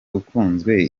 ukunzwe